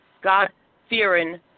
God-fearing